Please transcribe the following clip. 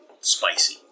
spicy